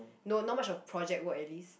no not much of project work at least